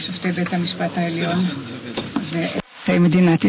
שופטי בית המשפט העליון, אזרחי ישראל.